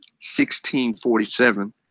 1647